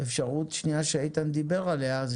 אפשרות שנייה שאיתן דיבר עליה זה